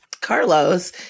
Carlos